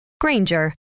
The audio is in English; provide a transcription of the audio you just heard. Granger